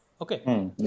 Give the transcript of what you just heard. Okay